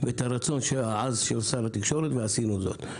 ואת הרצון של שר התקשורת ועשינו זאת.